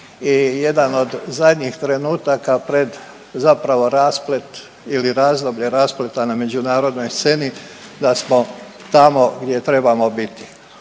jedan od zadnjih trenutaka pred zapravo rasplet ili razloge raspleta na međunarodnoj sceni da smo tamo gdje trebamo biti.